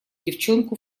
девчонку